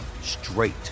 straight